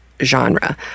genre